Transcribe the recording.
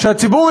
שהציבור